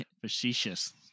Facetious